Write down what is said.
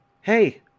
Hey